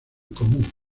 común